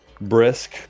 brisk